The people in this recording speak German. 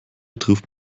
trifft